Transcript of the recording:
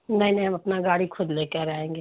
नहीं नहीं हम अपना गाड़ी खुद लेकर आएँगे